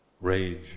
rage